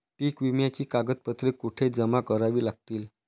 पीक विम्याची कागदपत्रे कुठे जमा करावी लागतील?